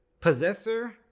Possessor